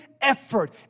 effort